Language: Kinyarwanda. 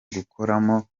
gukuramo